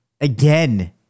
again